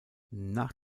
nach